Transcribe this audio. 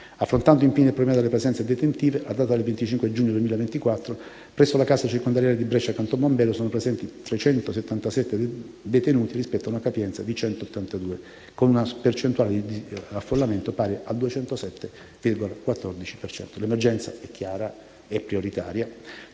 Affrontando, infine, il problema delle presenze detentive, alla data del 25 giugno 2024, presso la casa circondariale di Brescia Canton Mombello sono presenti 377 detenuti, rispetto a una capienza di 182 posti, con una percentuale di affollamento pari al 207,14 per cento. L'emergenza è chiara e prioritaria,